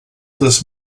des